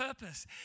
purpose